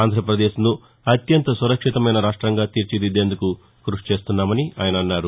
ఆంధ్రప్రదేశ్ను అత్యంత సురక్షితమైన రాష్టంగా తీర్చి దిద్దేందుకు కృషి చేస్తున్నామని ఆయన అన్నారు